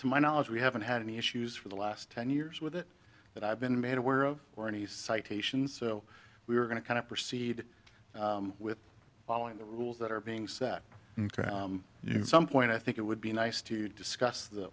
to my knowledge we haven't had any issues for the last ten years with it but i've been made aware of or any citations so we're going to kind of proceed with following the rules that are being set and you know some point i think it would be nice to discuss the